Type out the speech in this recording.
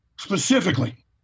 specifically